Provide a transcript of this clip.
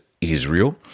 Israel